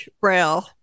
Braille